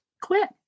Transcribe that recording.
quit